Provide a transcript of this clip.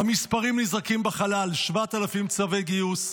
"המספרים נזרקים בחלל --- 7,000 צווי גיוס,